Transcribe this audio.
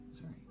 Sorry